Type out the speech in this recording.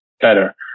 better